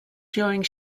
during